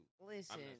Listen